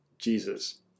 Jesus